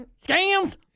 Scams